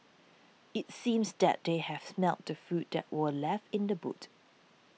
it seems that they had smelt the food that were left in the boot